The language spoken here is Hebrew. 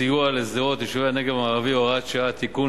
סיוע לשדרות וליישובי הנגב המערבי (הוראת שעה) (תיקון,